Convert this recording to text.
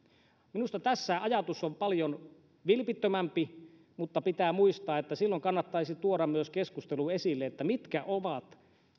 minusta tässä ajatus on paljon vilpittömämpi mutta pitää muistaa että silloin kannattaisi tuoda esille myös keskustelu siitä mitkä ovat